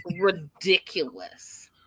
ridiculous